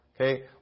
Okay